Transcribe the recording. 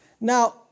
Now